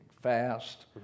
fast